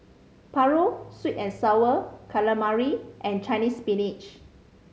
paru sweet and Sour Calamari and Chinese Spinach